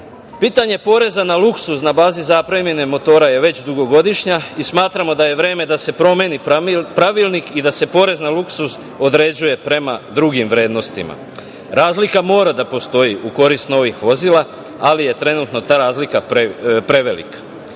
godine. Pitanje poreza na luksuz na bazi zapremine motora je već dugogodišnje i smatramo da je vreme da se promeni Pravilnik i da se porez na luksuz određuje prema drugim vrednostima. Razlika mora da postoji u korist novih vozila, ali je trenutno ta razlika prevelika.